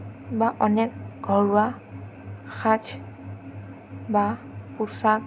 বা অনেক ঘৰুৱা সাজ বা পোচাক